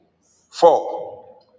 Four